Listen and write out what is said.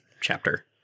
chapter